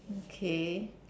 okay